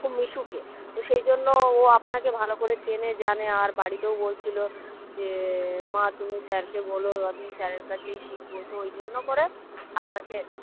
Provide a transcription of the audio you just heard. খুব মিশুকে তো সেই জন্য ও আপনাকে ভালো করে চেনে জানে আর বাড়িতেও বলছিলো যে মা তুমি স্যারকে বলো আমি স্যারের কাছেই শিখবো তো ওই জন্য করে আপনাকে